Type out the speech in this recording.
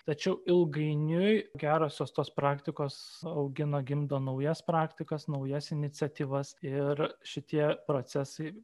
tačiau ilgainiui gerosios tos praktikos augina gimdo naujas praktikas naujas iniciatyvas ir šitie procesai